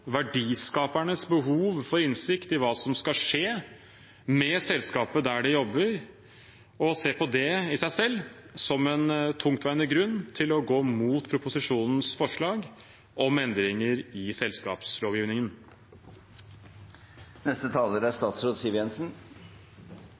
verdiskapernes, behov for innsikt i hva som skal skje med selskapet der de jobber, og ser på det i seg selv som en tungtveiende grunn til å gå imot proposisjonens forslag om endringer i